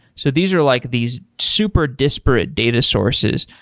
so these are like these super disparate data sources.